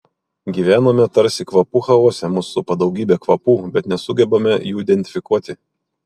gyvename tarsi kvapų chaose mus supa daugybė kvapų bet nesugebame jų identifikuoti